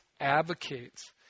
advocates